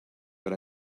but